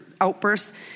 outbursts